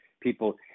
people